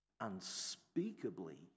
unspeakably